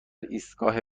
ایستگاه